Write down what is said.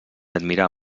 admirar